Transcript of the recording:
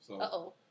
Uh-oh